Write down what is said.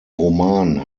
roman